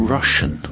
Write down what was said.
Russian